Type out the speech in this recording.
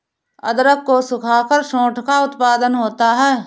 अदरक को सुखाकर सोंठ का उत्पादन होता है